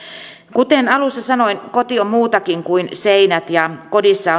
kuten alussa sanoin koti on muutakin kuin seinät ja kodissa